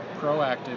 proactive